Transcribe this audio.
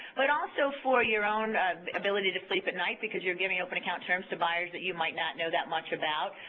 but also for your own ability to sleep at night because you're giving open account terms to buyers that you might not know that much about.